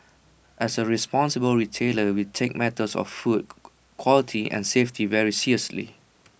as A responsible retailer we take matters of food quality and safety very seriously